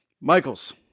Michaels